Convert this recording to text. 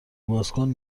بازکن